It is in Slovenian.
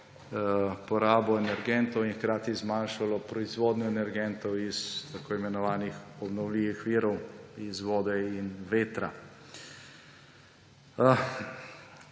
porabo energentov in hkrati zmanjšalo proizvodnjo energentov iz tako imenovanih obnovljivih virov, iz vode in vetra.